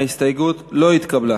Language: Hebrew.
ההסתייגות לא התקבלה.